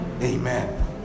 Amen